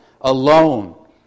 alone